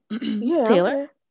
Taylor